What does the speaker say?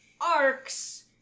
arcs